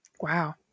Wow